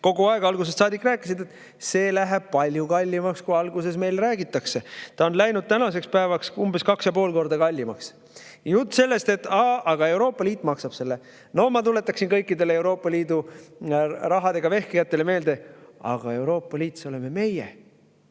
kogu aeg, algusest saadik rääkisid, et see läheb palju kallimaks, kui meile räägitakse. Ta on läinud tänaseks päevaks umbes 2,5 korda kallimaks. Jutt sellest, et oo, aga Euroopa Liit maksab selle – no ma tuletaksin kõikidele Euroopa Liidu rahadega vehkijatele meelde: aga Euroopa Liit, see oleme meie.